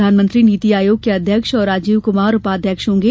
प्रधानमंत्री नीति आयोग के अध्यक्ष और राजीव कुमार उपाध्यक्ष होंगे